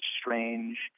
strange